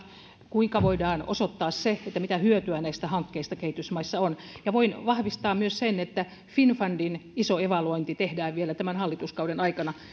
kuinka voidaan osoittaa mitä hyötyä näistä hankkeista kehitysmaissa on voin myös vahvistaa sen että finnfundin iso evaluointi tehdään vielä tämän hallituskauden aikana